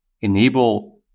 enable